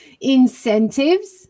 incentives